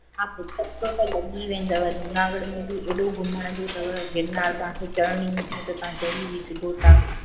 हा हिकु हफ़्तो त लॻी वेंदव जूनागढ़ में बि एॾो घुमण जो अथव गिरनार असांखे चरणी हुजे त तव्हां चढ़ी बि सघो थो